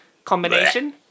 Combination